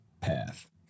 path